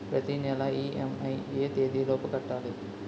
ప్రతినెల ఇ.ఎం.ఐ ఎ తేదీ లోపు కట్టాలి?